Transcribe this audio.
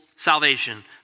salvation